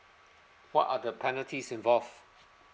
what are the penalties involved